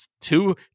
Two